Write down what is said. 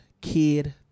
kid